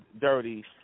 dirty